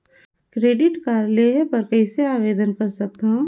Credit card लेहे बर कइसे आवेदन कर सकथव?